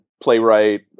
playwright